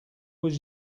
was